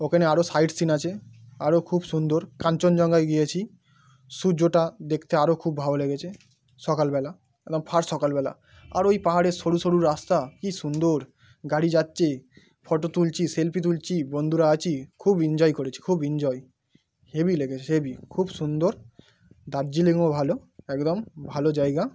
ওখানে আরো sight scene আছে আরো খুব সুন্দর কাঞ্চনজঙ্ঘায় গিয়েছি সূর্যটা দেখতে আরো খুব ভালো লেগেছে সকালবেলা এবং ফার্স্ট সকালবেলা আর ওই পাহাড়ের সরু সরু রাস্তা কি সুন্দর গাড়ি যাচ্ছে ফটো তুলছি সেলফি তুলছি বন্ধুরা আছি খুব ইনজয় করেছি খুব ইনজয় হেভি লেগেছে হেভি খুব সুন্দর দার্জিলিংও ভালো একদম ভালো জায়গা